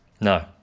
No